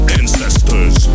ancestors